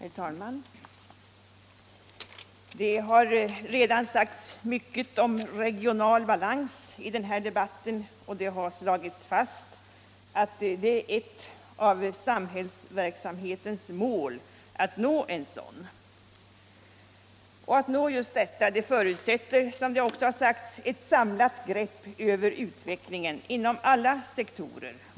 Herr talman! Det har redan sagts mycket om regional balans i denna debatt, och det har slagits fast att det är ett av samhällsverksamhetens mål att nå en sådan. Detta förutsätter, som också har sagts, ett samlat grepp över utvecklingen inom alla sektorer.